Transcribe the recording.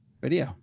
video